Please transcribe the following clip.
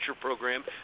program